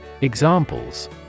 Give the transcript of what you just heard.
Examples